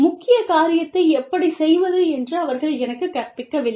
முக்கிய காரியத்தை எப்படிச் செய்வது என்று அவர்கள் எனக்குக் கற்பிக்கவில்லை